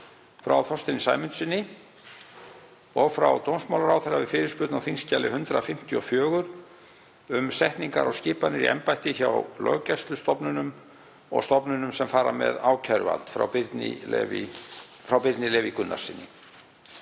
frá Þorsteini Sæmundssyni og frá dómsmálaráðherra við fyrirspurn á þskj. 154, um setningar og skipanir í embætti hjá löggæslustofnunum og stofnunum sem fara með ákæruvald, frá Birni Leví Gunnarssyni.